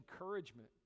encouragement